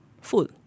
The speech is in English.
full